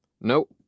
Nope